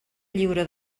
lliure